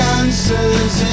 answers